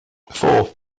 four